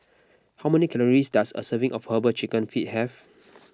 how many calories does a serving of Herbal Chicken Feet have